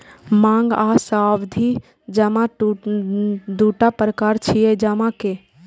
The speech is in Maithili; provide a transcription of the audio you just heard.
मांग आ सावधि जमा दूटा प्रकार छियै जमा के